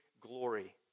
glory